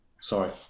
Sorry